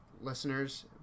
listeners